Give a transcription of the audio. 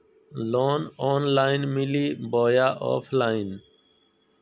Loan online मिली बोया offline?